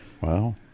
Wow